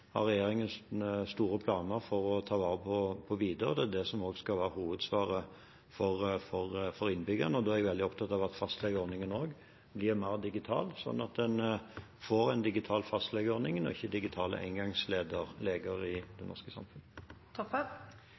har vi fastlegeordningen. Den har regjeringen store planer om å ta vare på videre. Det er det som også skal være hovedsvaret for innbyggerne, og da er jeg veldig opptatt av at fastlegeordningen blir mer digital, sånn at man får en digital fastlegeordning og ikke digitale engangsleger i det norske samfunn.